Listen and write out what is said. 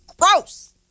Gross